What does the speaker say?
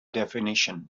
definition